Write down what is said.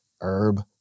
herb